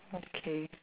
okay